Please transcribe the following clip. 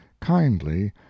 kindly